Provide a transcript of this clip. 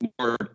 more